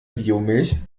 biomilch